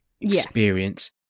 experience